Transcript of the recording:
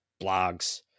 blogs